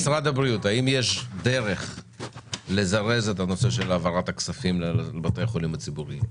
האם יש דרך לזרז את העברת הכספים לבתי החולים הציבוריים?